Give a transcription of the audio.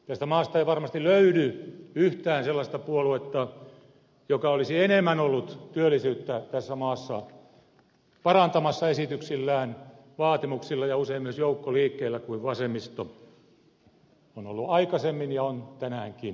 tästä maasta ei varmasti löydy yhtään sellaista puoluetta joka olisi enemmän ollut työllisyyttä tässä maassa parantamassa esityksillään vaatimuksillaan ja usein myös joukkoliikkeellä kuin vasemmisto on ollut aikaisemmin ja on tänäänkin